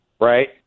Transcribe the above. right